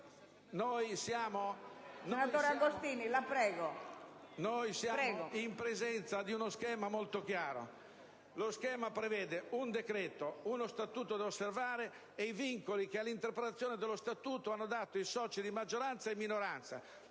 Noi siamo in presenza di uno schema molto chiaro, che prevede un decreto, uno statuto da osservare e i vincoli che all'interpretazione dello statuto hanno dato i soci di maggioranza e minoranza.